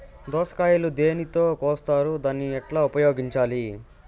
దోస కాయలు దేనితో కోస్తారు దాన్ని ఎట్లా ఉపయోగించాలి?